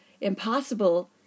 impossible